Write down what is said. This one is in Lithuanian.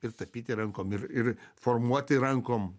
ir tapyti rankom ir ir formuoti rankom